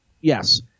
Yes